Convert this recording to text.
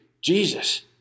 Jesus